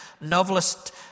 novelist